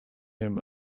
him